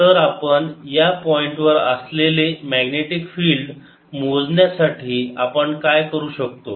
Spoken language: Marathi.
तर आपण या पॉईंट वर असलेले मॅग्नेटिक फिल्ड मोजण्यासाठी आपण काय करू शकतो